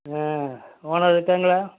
ஆ owner இருக்காங்களா